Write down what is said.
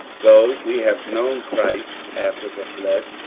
though we have known christ after the flesh,